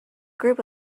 group